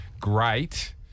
great